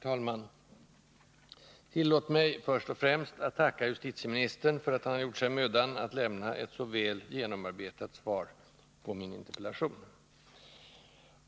Herr talman! Tillåt mig först och främst att tacka justitieministern för att han gjort sig mödan att lämna ett så väl genomarbetat svar på min interpellation.